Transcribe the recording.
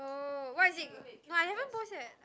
oh what is it no I haven't pause yet